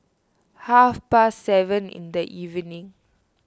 half past seven in the evening